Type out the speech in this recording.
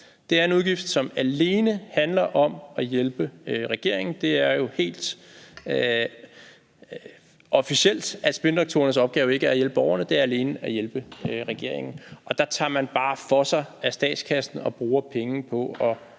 Det er en udgift, som alene handler om at hjælpe regeringen. Det er jo helt officielt, at spindoktorernes opgave ikke er at hjælpe borgerne; det er alene at hjælpe regeringen, og der tager man bare for sig af statskassen og bruger penge på at